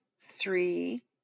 three